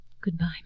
Goodbye